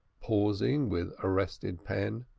pausing with arrested pen.